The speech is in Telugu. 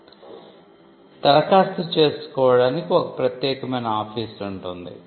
ధరఖాస్తు చేసుకోవదానికి ఒక ప్రత్యేకమైన ఆఫీస్ ఉంటుంది